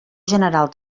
general